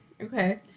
okay